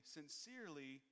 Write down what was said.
sincerely